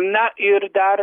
na ir dar